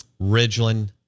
Ridgeland